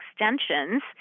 extensions